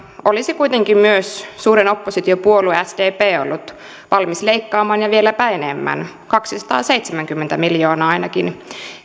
olisi kuitenkin myös suurin oppositiopuolue sdp ollut valmis leikkaamaan ja vieläpä enemmän kaksisataaseitsemänkymmentä miljoonaa ainakin